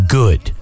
good